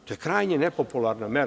To je krajnje nepopularna mera.